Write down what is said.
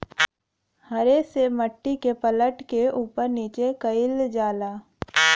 हरे से मट्टी के पलट के उपर नीचे कइल जाला